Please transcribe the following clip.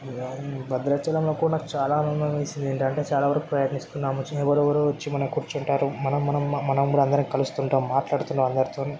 భద్రాచలంలో కూడా నాకు చాలా ఆనందం వేసింది ఏంటంటే చాలా వరకు ప్రయత్నిస్తున్నామని ఎవరెవరో వచ్చి మన కూర్చుంటారు మనం మనం మనం అందరం కలుస్తుంటాం మాట్లాడుతున్న అందరితోని